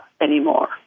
anymore